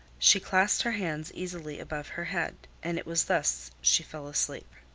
she clasped her hands easily above her head, and it was thus she fell asleep.